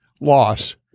loss